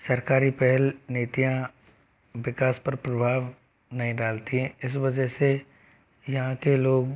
सरकारी पहल नीतियाँ विकास पर प्रभाव नहीं डालती हैं इस वजह से यहाँ के लोग